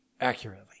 accurately